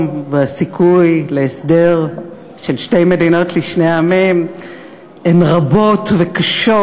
והסיכוי להסדר של שתי מדינות לשני עמים הן רבות וקשות,